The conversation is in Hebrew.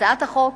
הצעת החוק